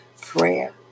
prayer